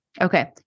Okay